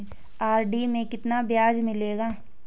RD में कितना ब्याज मिलेगा?